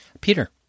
Peter